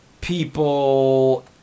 people